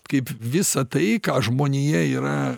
kaip visa tai ką žmonija yra